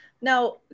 Now